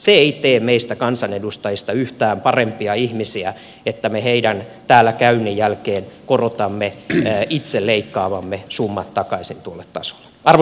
se ei tee meistä kansanedustajista yhtään parempia ihmisiä että me heidän täällä käynnin jälkeen korotamme itse leikkaamamme summat takaisin tuolle tasolle